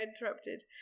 interrupted